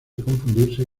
confundirse